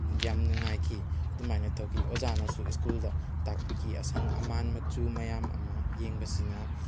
ꯌꯥꯝ ꯅꯨꯡꯉꯥꯏꯈꯤ ꯑꯗꯨꯃꯥꯏꯅ ꯇꯧꯈꯤ ꯑꯣꯖꯥꯅꯁꯨ ꯁꯀ꯭ꯨꯜꯗ ꯇꯥꯛꯄꯤꯈꯤ ꯑꯁꯪꯕ ꯑꯃꯥꯟ ꯃꯆꯨ ꯃꯌꯥꯝ ꯑꯃ ꯌꯦꯡꯕꯁꯤꯅ